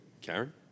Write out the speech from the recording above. Karen